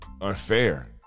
unfair